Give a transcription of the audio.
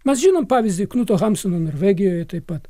mes žinom pavyzdį knuto hamsuno norvegijoj taip pat